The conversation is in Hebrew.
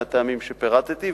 מהטעמים שפירטתי.